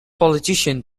politician